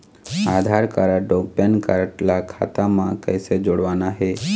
आधार card अऊ pan card ला खाता म कइसे जोड़वाना हे?